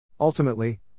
Ultimately